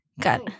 got